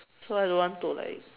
so I don't want to like